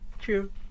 True